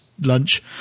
lunch